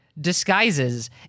disguises